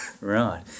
right